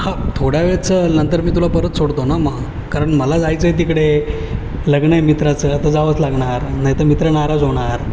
हा थोड्या वेळ चल नंतर मी तुला परत सोडतो ना मग कारण मला जायचं आहे तिकडे लग्न आहे मित्राचं तर जावंच लागणार नाही तर मित्र नाराज होणार